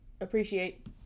appreciate